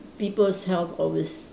people's health always